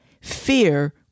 fear